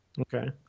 Okay